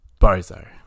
Bozo